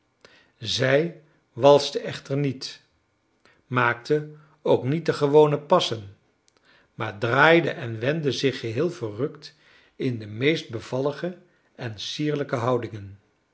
zij walste echter niet maakte ook niet de gewone passen maar draaide en wendde zich geheel verrukt in de meest bevallige en sierlijke houdingen